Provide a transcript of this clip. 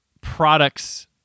products